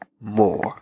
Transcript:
more